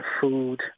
food